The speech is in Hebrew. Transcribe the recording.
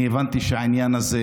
הבנתי שהעניין הזה,